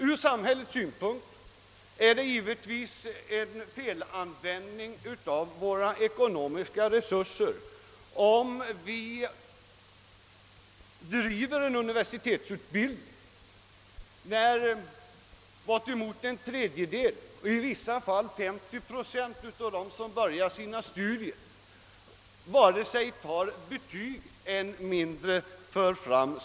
Från samhällets synpunkt är det givetvis en felanvändning av våra ekonomiska resurser, om vi driver en universitetsutbildning där bara bortåt en tredjedel, i vissa fall omkring 50 procent, av dem som börjar studera tar betyg, än mindre en examen.